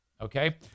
Okay